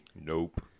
Nope